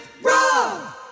run